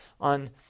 on